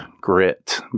grit